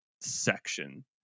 section